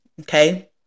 Okay